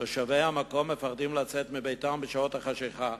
תושבי המקום מפחדים לצאת מביתם בשעות החשכה.